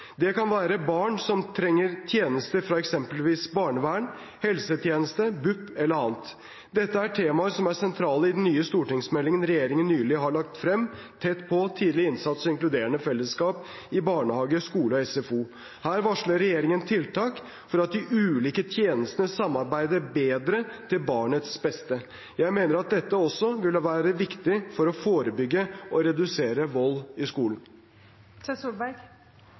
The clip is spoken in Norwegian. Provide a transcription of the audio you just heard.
Det kan være barn som trenger tjenester fra f.eks. barnevern, helsetjeneste, BUP eller annet. Dette er temaer som er sentrale i den nye stortingsmeldingen regjeringen nylig har lagt frem: Tett på – tidlig innsats og inkluderende fellesskap i barnehage, skole og SFO. Der varsler regjeringen tiltak for at de ulike tjenestene samarbeider bedre til barnets beste. Jeg mener at dette også vil være viktig for å forebygge og redusere vold i